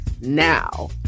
now